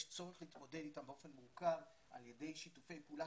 יש צורך להתמודד איתן באופן מורכב על ידי שיתופי פעולה